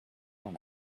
dans